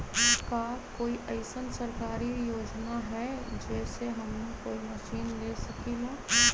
का कोई अइसन सरकारी योजना है जै से हमनी कोई मशीन ले सकीं ला?